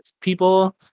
people